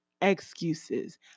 excuses